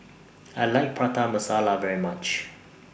I like Prata Masala very much